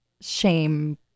shame